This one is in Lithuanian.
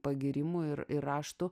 pagyrimų ir ir raštų